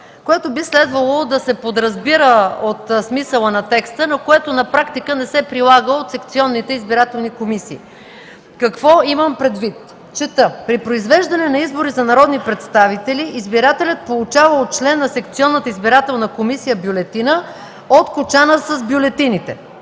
което би следвало да се подразбира от смисъла на текста, но на практика не се прилага от секционните избирателни комисии. Какво имам предвид? Чета: „(1) При произвеждане на избори за народни представители избирателят получава от член на секционната избирателна комисия бюлетина от кочана с бюлетините...”